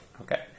Okay